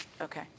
Okay